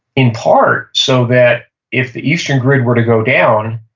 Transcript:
in part, so that if the eastern grid were to go down,